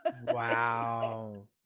wow